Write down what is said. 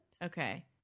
okay